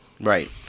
Right